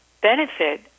benefit